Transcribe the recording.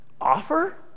offer